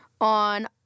on